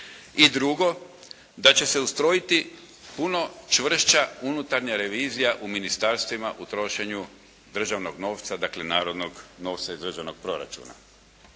I drugo, da će se ustrojiti puno čvršća unutarnja revizija u ministarstvima u trošenju državnog novca, dakle narodnog novca iz državnog proračuna.